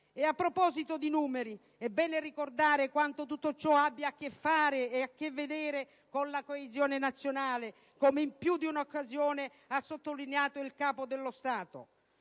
E, a proposito di numeri, è bene ricordare quanto tutto ciò abbia a che vedere con la coesione nazionale, come in più di un'occasione ha sottolineato il Capo dello Stato.